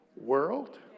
world